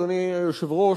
אדוני היושב-ראש,